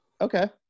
Okay